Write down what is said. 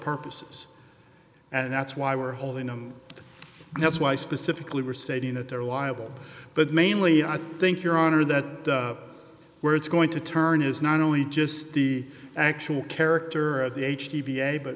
purposes and that's why we're holding them and that's why specifically we're stating that they're liable but mainly i think your honor that where it's going to turn is not only just the actual character of the h